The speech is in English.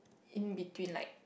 in between like